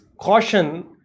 caution